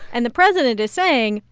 and the president is saying,